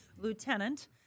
lieutenant